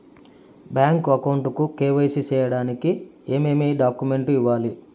Bank account కు KYC సేయడానికి ఏమేమి డాక్యుమెంట్ ఇవ్వాలి?